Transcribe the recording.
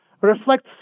reflects